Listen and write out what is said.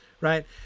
right